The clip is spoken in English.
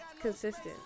consistent